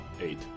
eight